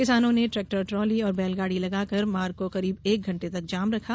किसानों ने tractor trolley और बैलगाड़ी लगाकर मार्ग को करीब एक घंटे तक जाम रखा